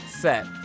set